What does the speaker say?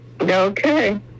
Okay